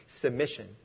Submission